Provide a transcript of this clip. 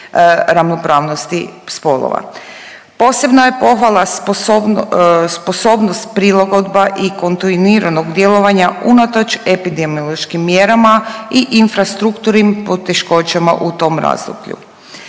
ravnopravnosti spolova. Posebna je pohvala sposobnost, prilagodba i kontinuiranog djelovanja unatoč epidemiološkim mjerama i infrastrukturnim poteškoćama u tom razdoblju.